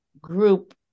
group